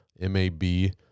M-A-B